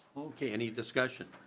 okay. any discussion?